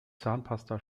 zahnpasta